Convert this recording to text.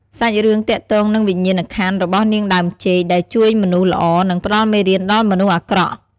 សាច់រឿងទាក់ទងនឹងវិញ្ញាណក្ខន្ធរបស់នាងដើមចេក ដែលជួយមនុស្សល្អ និងផ្ដល់មេរៀនដល់មនុស្សអាក្រក់។